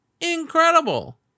Incredible